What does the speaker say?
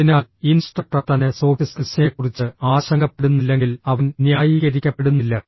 അതിനാൽ ഇൻസ്ട്രക്ടർ തന്നെ സോഫ്റ്റ് സ്കിൽസിനെക്കുറിച്ച് ആശങ്കപ്പെടുന്നില്ലെങ്കിൽ അവൻ ന്യായീകരിക്കപ്പെടുന്നില്ല